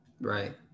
Right